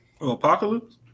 Apocalypse